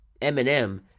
Eminem